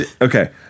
Okay